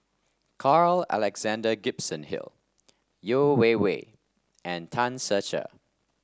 Carl Alexander Gibson Hill Yeo Wei Wei and Tan Ser Cher